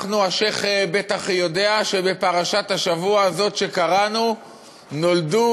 השיח' בטח יודע שבפרשת השבוע שקראנו נולדו